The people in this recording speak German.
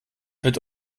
wird